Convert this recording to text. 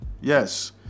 yes